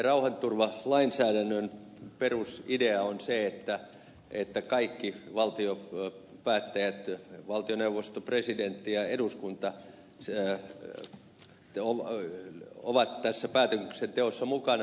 meidän rauhaturvalainsäädännön perusidea on se että kaikki valtiopäättäjät valtioneuvosto presidentti ja eduskunta ovat tässä päätöksenteossa mukana